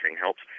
helps